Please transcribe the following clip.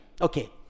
Okay